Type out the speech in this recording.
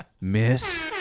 miss